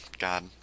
God